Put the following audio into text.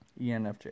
ENFJ